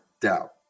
doubt